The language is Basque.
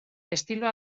estilo